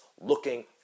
looking